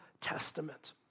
Testament